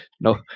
no